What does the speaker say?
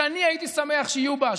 שאני הייתי שמח שיהיו בה,